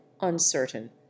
uncertain